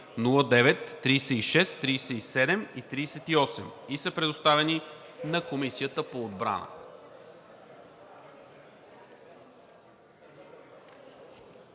37 и 38 и са предоставени на Комисията по отбрана.